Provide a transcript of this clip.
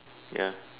ya